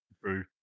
True